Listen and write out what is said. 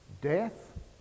Death